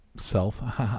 self